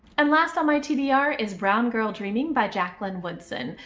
and last on my tbr is brown girl dreaming by jacqueline woodson.